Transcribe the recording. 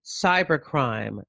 cybercrime